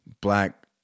black